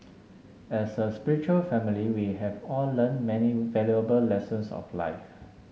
as a spiritual family we have all learned many valuable lessons of life